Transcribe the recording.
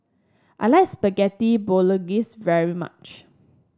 I like Spaghetti Bolognese very much